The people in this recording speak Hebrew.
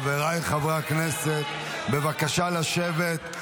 חבריי, חברי הכנסת, בבקשה לשבת.